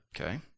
Okay